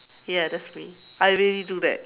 ya that's me I really do that